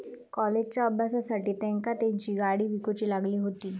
कॉलेजच्या अभ्यासासाठी तेंका तेंची गाडी विकूची लागली हुती